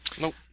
Nope